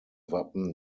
wappen